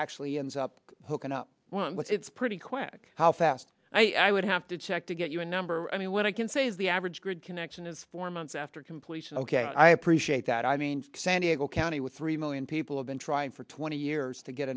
actually ends up hooking up with it's pretty quick how fast i would have to check to get you a number and when i can say is the average good connection is four months after completion ok i appreciate that i mean san diego county with three million people have been trying for twenty years to get